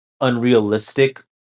unrealistic